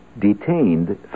detained